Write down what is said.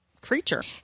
creature